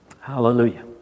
Hallelujah